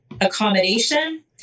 accommodation